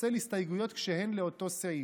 לפצל הסתייגויות כשהן לאותו סעיף.